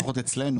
לפחות אצלנו,